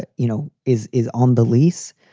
but you know, is is on the lease.